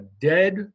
dead